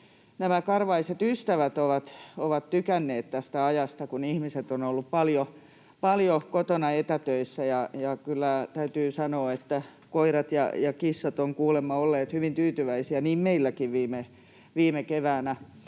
nämä karvaiset ystävät ovat tykänneet, koska ihmiset ovat olleet paljon kotona etätöissä. Kyllä täytyy sanoa, että koirat ja kissat ovat kuulemma olleet hyvin tyytyväisiä — niin meilläkin viime keväänä.